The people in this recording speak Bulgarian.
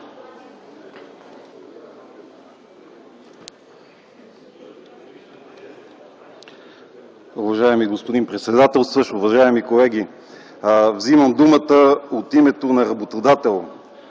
Уважаеми господин председателстващ, уважаеми колеги! Вземам думата от името на работодател.